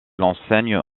enseigne